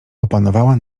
opanowała